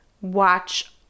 Watch